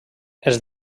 els